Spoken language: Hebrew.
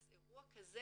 אז אירוע כזה